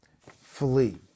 Flee